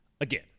Again